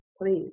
please